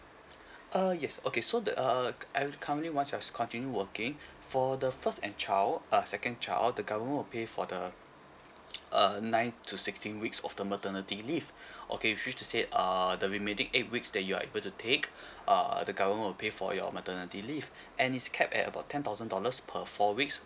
uh yes okay so the uh uh and currently once you have continue working for the first and child uh second child the government will pay for the uh nine to sixteen weeks of the maternity leave okay which means to say uh the remaining eight weeks that you're able to take uh the government will pay for your maternity leave and is capped at about ten thousand dollars per four weeks